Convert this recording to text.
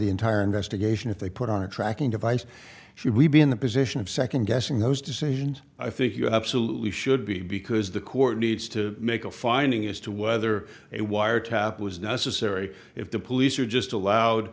the entire investigation if they put on a tracking device should we be in the position of second guessing those decisions i think you have to salute you should be because the court needs to make a finding as to whether a wiretap was necessary if the police are just allowed